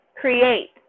create